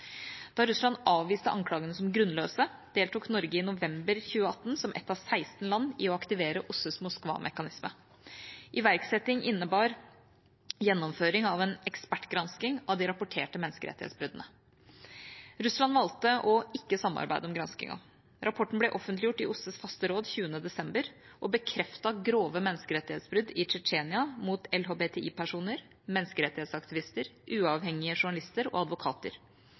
Da Russland avviste anklagene som grunnløse, deltok Norge i november 2018, som ett av 16 land, i å aktivere OSSEs Moskva-mekanisme. Iverksetting innebar gjennomføring av en ekspertgransking av de rapporterte menneskerettighetsbruddene. Russland valgte ikke å samarbeide om granskingen. Rapporten ble offentliggjort i OSSEs faste råd 20. desember og bekreftet grove menneskerettighetsbrudd i Tsjetsjenia mot LHBTI-personer, menneskerettighetsaktivister, uavhengige journalister og advokater.